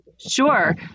Sure